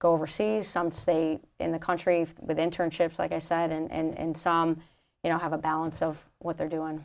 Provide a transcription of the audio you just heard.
go overseas some say in the country with internships like i said and some you know have a balance of what they're doing